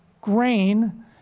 grain